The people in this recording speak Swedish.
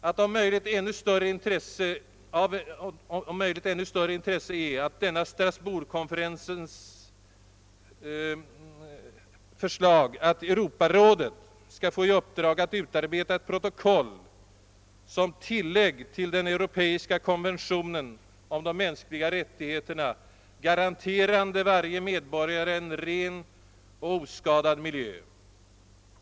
Av om möjligt ännu större intresse är Strasbourg-konferensens förslag att Europarådet skall få i uppdrag att utarbeta ett protokoll som tillägg till den europeiska konventionen om de mänskliga rättigheterna, garanterande varje medborgare en ren och oskadad miljö.